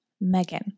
Megan